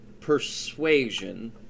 Persuasion